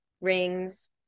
rings